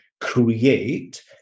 create